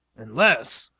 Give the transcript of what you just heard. unless,